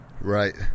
Right